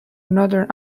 northern